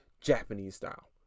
Japanese-style